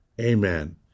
Amen